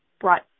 brought